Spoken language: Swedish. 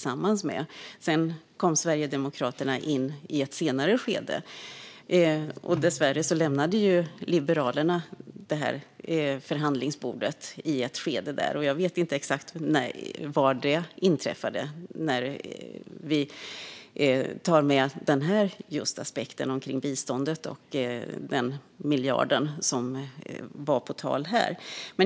Sedan kom Sverigedemokraterna in i ett senare skede. Dessvärre lämnade Liberalerna förhandlingsbordet i ett skede, och jag vet inte exakt när det inträffade när det gäller just den här aspekten - biståndet och den miljard som var på tal här.